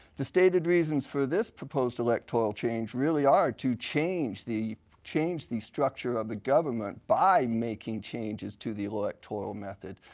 the stated reasons for this proposed elector change really are to change the change the structure of the government by making changes to the electoral method.